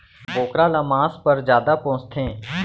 बोकरा ल मांस पर जादा पोसथें